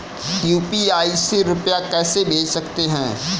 UPI से रुपया कैसे भेज सकते हैं?